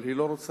אבל היא לא רוצה